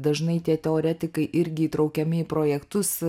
dažnai tie teoretikai irgi įtraukiami į projektus